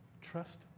Trust